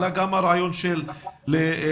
עלה גם הרעיון להעלות